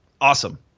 Awesome